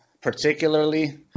particularly